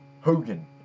hogan